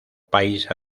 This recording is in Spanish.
país